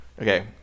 Okay